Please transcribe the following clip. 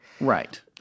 Right